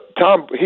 Tom